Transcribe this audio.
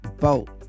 boat